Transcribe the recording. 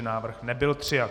Návrh nebyl přijat.